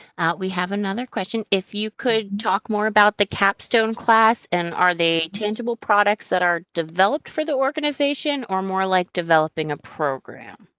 we have another question if you could talk more about the capstone class and are they tangible products that are developed for the organization, or more like developing a program?